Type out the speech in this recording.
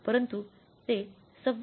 परंतु ते 26